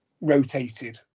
rotated